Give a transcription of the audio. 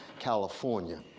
california.